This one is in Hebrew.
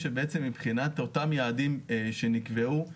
שמבחינת אותם יעדים שנקבעו,